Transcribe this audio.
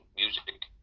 music